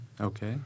Okay